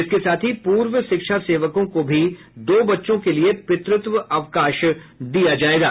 इसके साथ ही पूर्व शिक्षा सेवकों को भी दो बच्चों के लिए पितृत्व अवकाश दिये जायेंगे